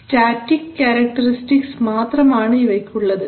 static characteristics മാത്രമാണ് ഇവയ്ക്കുള്ളത്